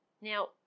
Now